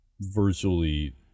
virtually